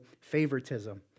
favoritism